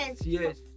yes